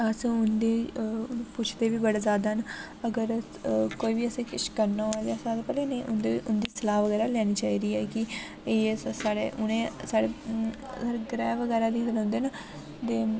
अस उं'दे पुच्छदे बी बड़ा जादा न अगर कोई बी असें किश करना होऐ ते अस आखदे पैह्लें नी उं'दी सलाह् बगैरा लैनी चाहि्दी ऐ कि एह् साढ़े उ'नें साढ़े ग्रैह् बगैरा बी दिक्खदे रौह्ंदे न ते